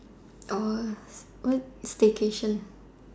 or what vacation